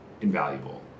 invaluable